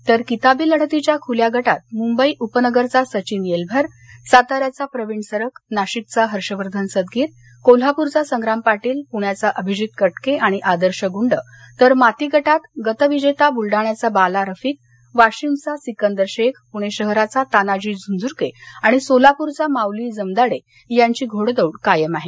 तर किताबी लढतीच्या खुल्या गटात मुंबई उपनगरचा सचिन येलभर साताऱ्याचा प्रविण सरक नाशिकचा हर्षवर्धन सदगीर कोल्हापूरचा संग्राम पाटील पूण्याचा अभिजित कटके आणि आदर्श गूंड तर माती गटात गतविजेता ब्लढाण्याचा बाला रफिक वाशिमचा सिकंदर शेख पूणे शहराचा तानाजी झुंझुरके आणि सोलापूरचा माऊली जमदाडे यांची घोडदौड कायम आहे